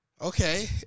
okay